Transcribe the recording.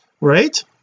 right